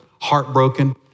heartbroken